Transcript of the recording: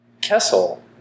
Kessel